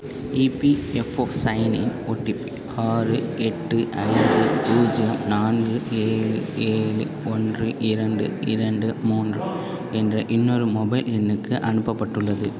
EPFO sign in OTP ஆறு எட்டு ஐந்து பூஜ்ஜியம் நான்கு ஏழு ஏழு ஒன்று இரண்டு இரண்டு மூன்று என்ற இன்னொரு மொபைல் எண்ணுக்கு அனுப்பப்பட்டுள்ளது